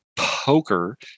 poker